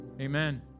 amen